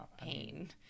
pain